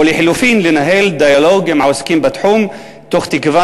או לחלופין לנהל דיאלוג עם העוסקים בתחום בתקווה